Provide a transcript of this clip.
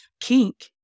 kink